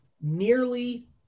Nearly